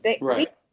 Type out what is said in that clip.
Right